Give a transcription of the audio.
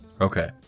Okay